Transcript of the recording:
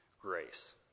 grace